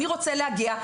אני רוצה להגיע,